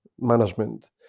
management